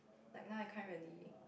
like now I can't really